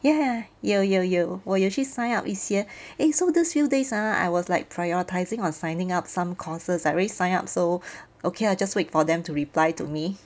ya 有有有我有去 sign up 一些 eh so these few days ah I was like prioritising on signing up some courses I already sign up so okay lah just wait for them to reply to me